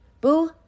Boo